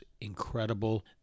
incredible